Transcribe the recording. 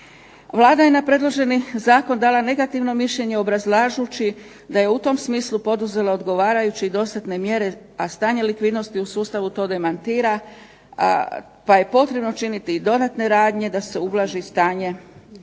Vlada je na predloženi Zakon dala negativno mišljenje obrazlažući da je u tom smislu poduzela odgovarajuće i dostatne mjere a staje likvidnosti u sustavu to demantira, pa je potrebno činiti dodatne radnje da se ublaži stanje i da se